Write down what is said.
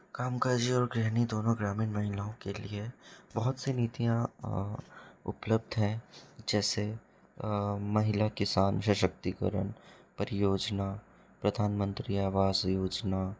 कामकाजी और ग्रहणी दोनों ग्रामीण महिलाओं के लिए बहुत सी नीतियाँ उपलब्ध हैं जैसे महिला किसान सशक्तिकरण परियोजना प्रधानमंत्री आवास योजना